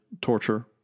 Torture